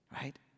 Right